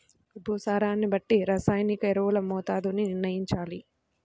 భూసారాన్ని బట్టి రసాయనిక ఎరువుల మోతాదుని నిర్ణయంచాలి